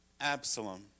Absalom